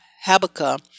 Habakkuk